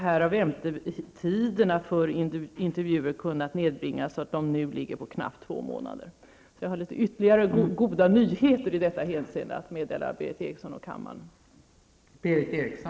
Här har väntetiderna för intervjuer kunnat nedbringas till knappt två månader. Jag har alltså haft ytterligare goda nyheter i det här hänseendet att meddela Berith